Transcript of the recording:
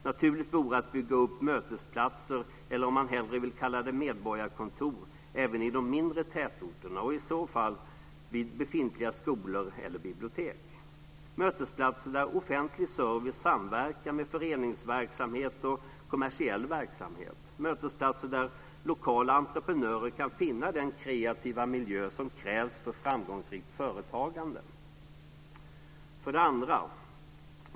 Det vore naturligt att bygga upp mötesplatser, eller om man hellre vill kalla det medborgarkontor, även i de mindre tätorterna och i så fall vid befintliga skolor eller bibliotek - mötesplatser där offentlig service samverkar med föreningsverksamhet och kommersiell verksamhet, mötesplatser där lokala entreprenörer kan finna den kreativa miljö som krävs för ett framgångsrikt företagande. Sedan är det den andra företeelsen.